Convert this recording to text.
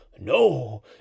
No